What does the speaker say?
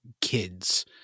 kids